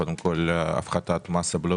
קודם כול הפחתת מס הבלו